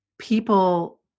people